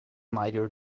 mightier